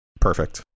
perfect